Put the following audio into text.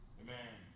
amen